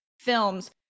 films